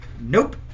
Nope